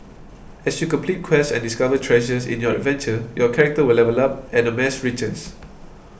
as you complete quests and discover treasures in your adventure your character will level up and amass riches